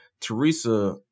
Teresa